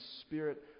Spirit